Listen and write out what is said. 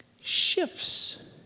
shifts